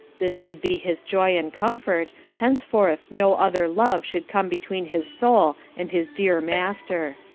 this should be his joy and comfort henceforth no other love should come between his soul and his dear master.